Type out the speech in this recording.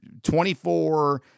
24